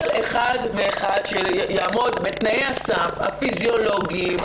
כל אחד ואחד שיעמוד בתנאי הסף הפיזיולוגיים,